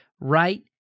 right